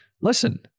listen